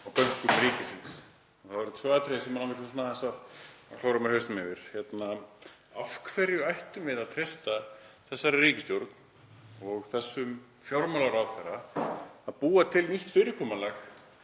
á bönkum ríkisins. Það eru tvö atriði sem ég klóra mér aðeins í hausnum yfir. Af hverju ættum við að treysta þessari ríkisstjórn og þessum fjármálaráðherra að búa til nýtt fyrirkomulag